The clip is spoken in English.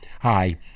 Hi